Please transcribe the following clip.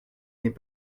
n’est